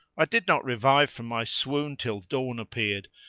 i did not revive from my swoon till dawn appeared,